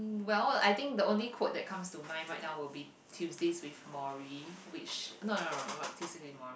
well I think the only quote that comes to mind right now would be Tuesdays-with-Morry which no no no not Tuesdays-With-Morry